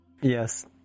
yes